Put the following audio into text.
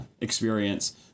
experience